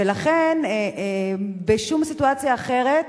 ולכן בשום סיטואציה אחרת